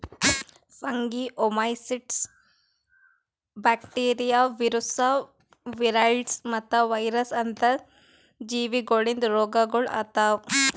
fungi, oomycetes, bacteria, viruses, viroids ಮತ್ತ virus ಅಂತ ಜೀವಿಗೊಳಿಂದ್ ರೋಗಗೊಳ್ ಆತವ್